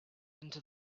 into